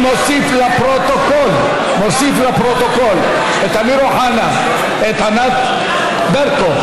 אני מוסיף לפרוטוקול את אמיר אוחנה, ענת ברקו